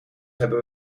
hebben